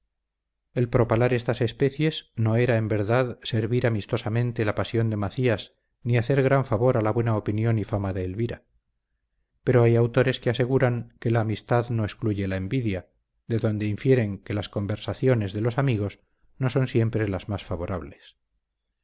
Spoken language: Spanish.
el propalar estas especies no era en verdad servir amistosamente la pasión de macías ni hacer gran favor a la buena opinión y fama de elvira pero hay autores que aseguran que la amistad no excluye la envidia de donde infieren que las conversaciones de los amigos no son siempre las más favorables